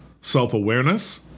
self-awareness